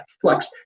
Flex